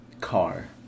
car